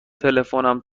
تلفنم